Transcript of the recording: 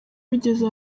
bigeze